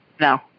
No